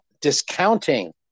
discounting